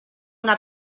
una